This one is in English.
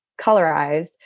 colorized